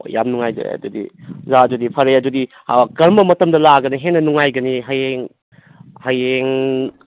ꯍꯣꯏ ꯌꯥꯝ ꯅꯨꯡꯉꯥꯏꯖꯔꯦ ꯑꯗꯨꯗꯤ ꯑꯣꯖꯥ ꯑꯗꯨꯗꯤ ꯐꯔꯦ ꯑꯗꯨꯗꯤ ꯀꯔꯝꯕ ꯃꯇꯝꯗ ꯂꯥꯛꯑꯒꯅ ꯍꯦꯟꯅ ꯅꯨꯡꯉꯥꯏꯒꯅ ꯍꯌꯦꯡ ꯍꯌꯦꯡ